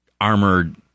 armored